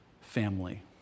family